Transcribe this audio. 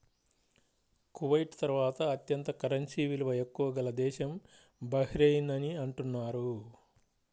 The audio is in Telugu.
కువైట్ తర్వాత అత్యంత కరెన్సీ విలువ ఎక్కువ గల దేశం బహ్రెయిన్ అని అంటున్నారు